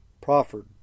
proffered